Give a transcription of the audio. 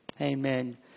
Amen